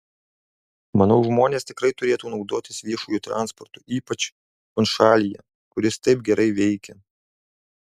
manau žmonės tikrai turėtų naudotis viešuoju transportu ypač funšalyje kur jis taip gerai veikia